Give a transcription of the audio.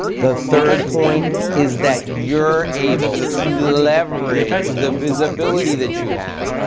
the third point is that you're able to leverage the visibility that you have.